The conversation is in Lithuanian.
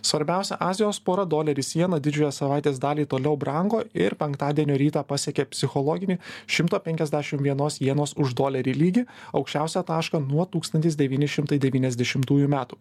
svarbiausia azijos pora doleris jena didžiąją savaitės dalį toliau brango ir penktadienio rytą pasiekė psichologinį šimto penkiasdešim vienos jenos už dolerį lygį aukščiausią tašką nuo tūkstantis devyni šimtai devyniasdešimtųjų metų